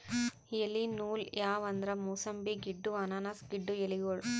ಎಲಿ ನೂಲ್ ಯಾವ್ ಅಂದ್ರ ಮೂಸಂಬಿ ಗಿಡ್ಡು ಅನಾನಸ್ ಗಿಡ್ಡು ಎಲಿಗೋಳು